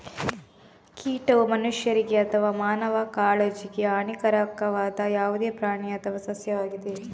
ಕೀಟವು ಮನುಷ್ಯರಿಗೆ ಅಥವಾ ಮಾನವ ಕಾಳಜಿಗೆ ಹಾನಿಕಾರಕವಾದ ಯಾವುದೇ ಪ್ರಾಣಿ ಅಥವಾ ಸಸ್ಯವಾಗಿದೆ